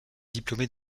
diplômée